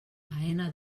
faena